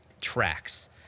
tracks